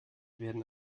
werden